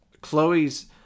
Chloe's